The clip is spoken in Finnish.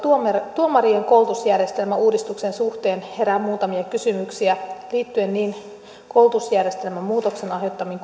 tuomarien koulutusjärjestelmän uudistuksen suhteen herää muutamia kysymyksiä liittyen niin koulutusjärjestelmän muutoksen aiheuttamiin